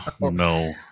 No